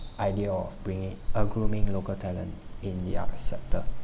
idea of bringing uh grooming local talent in the art sector